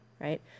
right